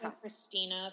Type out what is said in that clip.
Christina